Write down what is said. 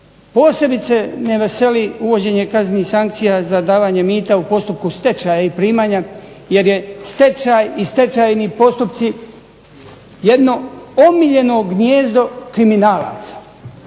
Posebice me veseli uvođenje kaznenih sankcija za davanje mita u postupku stečaja i primanja jer je stečaj i stečajni postupci jedno omiljeno gnijezdo kriminalaca.